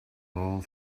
all